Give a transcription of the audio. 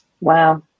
Wow